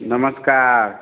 नमस्कार